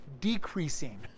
decreasing